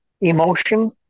emotion